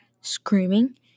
screaming